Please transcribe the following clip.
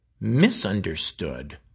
misunderstood